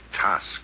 task